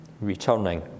Returning